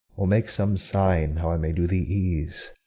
or make some sign how i may do thee ease.